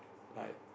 like